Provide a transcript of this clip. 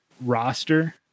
roster